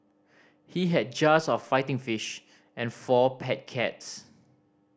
he had jars of fighting fish and four pet cats